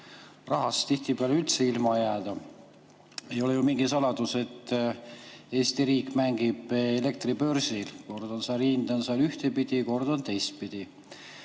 rahast tihtipeale üldse ilma jääda. Ei ole mingi saladus, et Eesti riik mängib elektribörsil. Hind on seal kord ühtepidi, kord teistpidi.